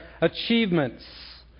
achievements